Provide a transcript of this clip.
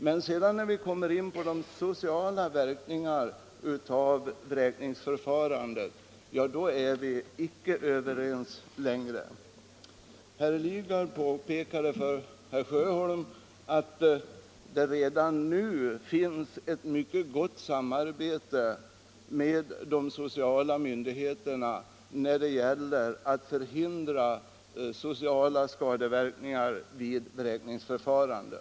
Men när vi kommer in på de sociala verkningarna av vräkningsförfarandet är vi inte överens längre. Herr Lidgard påpekade för herr Sjöholm att det redan nu finns ett mycket gott samarbete med de sociala myndigheterna för att förhindra sociala skadeverkningar vid vräkningsförfaranden.